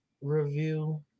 review